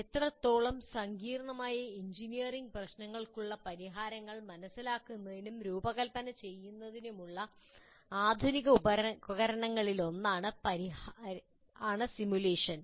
അത്രത്തോളം സങ്കീർണ്ണമായ എഞ്ചിനീയറിംഗ് പ്രശ്നങ്ങൾക്കുള്ള പരിഹാരങ്ങൾ മനസിലാക്കുന്നതിനും രൂപകൽപ്പന ചെയ്യുന്നതിനുമുള്ള ആധുനിക ഉപകരണങ്ങളിലൊന്നാണ് സിമുലേഷൻ